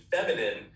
feminine